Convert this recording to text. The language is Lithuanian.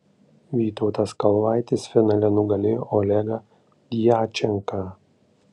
vytautas kalvaitis finale nugalėjo olegą djačenką